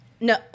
no